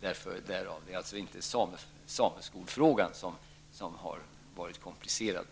Det är alltså inte sameskolfrågan som på något sätt har varit komplicerad.